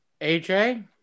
aj